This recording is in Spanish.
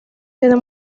tiene